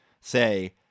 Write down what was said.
say